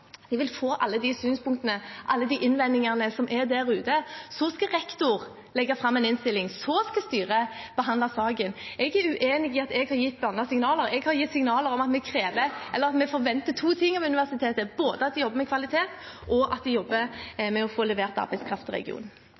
alle de synspunktene og alle de innvendingene som er der ute. Så skal rektor legge fram en innstilling, og så skal styret behandle saken. Jeg er uenig i at jeg har gitt blandede signaler. Jeg har gitt signaler om at vi forventer to ting av universitetet, både at de jobber med kvalitet og at de jobber med å få levert arbeidskraft til regionen.